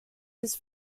his